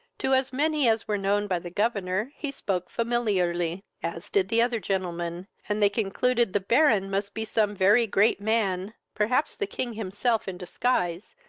to as many as were known by the governor he spoke familiarly, as did the other gentlemen, and they concluded the baron must be some very great man, perhaps the king himself in disguise,